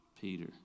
Peter